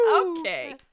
Okay